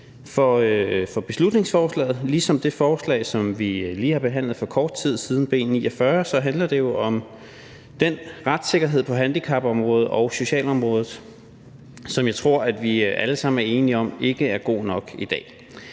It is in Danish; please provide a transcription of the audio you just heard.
for beslutningsforslaget. Ligesom det forslag, som vi lige har behandlet for kort tid siden, B 49, så handler det om den retssikkerhed på handicapområdet og socialområdet, som jeg tror vi alle sammen er enige om ikke er god nok i dag.